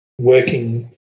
working